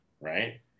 right